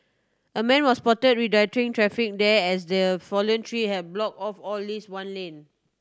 a man was spot redirecting traffic there as the fallen tree have block off or least one lane